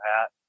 hat